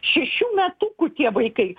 šešių metukų tie vaikai